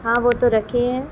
ہاں وہ تو رکھے ہیں